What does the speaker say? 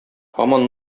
һаман